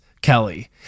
Kelly